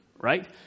Right